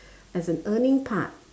as an earning part